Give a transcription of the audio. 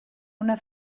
una